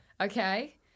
Okay